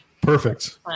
perfect